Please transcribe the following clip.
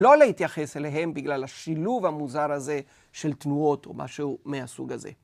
לא להתייחס אליהם בגלל השילוב המוזר הזה של תנועות או משהו מהסוג הזה.